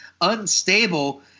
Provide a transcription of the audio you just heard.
unstable